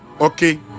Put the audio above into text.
okay